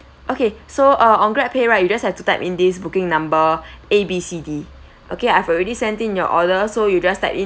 okay so uh on Grab pay right you just have to type in this booking number A B C D okay I've already sent in your order so you just type in